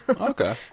Okay